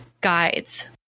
guides